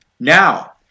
Now